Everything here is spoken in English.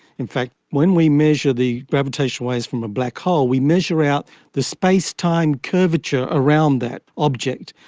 in fact when we measure the gravitational waves from a black hole we measure out the space-time curvature around that object,